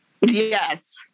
Yes